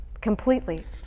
Completely